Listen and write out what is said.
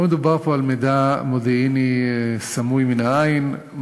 לא מדובר פה על מידע מודיעיני סמוי מן העין.